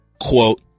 Quote